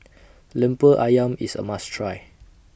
Lemper Ayam IS A must Try